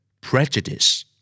Prejudice